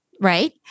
right